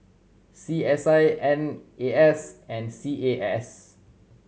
C S I N A S and C A S